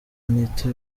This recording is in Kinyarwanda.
anita